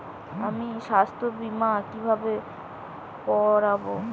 আমি স্বাস্থ্য বিমা কিভাবে করাব?